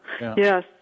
yes